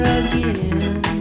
again